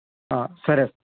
సరే